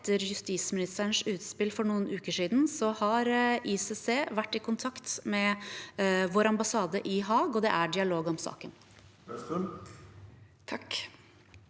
etter justisministerens utspill for noen uker siden har ICC vært i kontakt med vår ambassade i Haag, og det er dialog om saken.